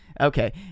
Okay